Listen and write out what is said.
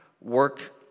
work